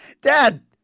Dad